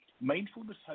Mindfulness